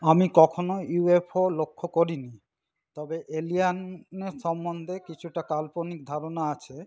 আমি কখনো U F O লক্ষ্য করিনি তবে এলিয়ান সম্মন্ধে কিছুটা কাল্পনিক ধারণা আছে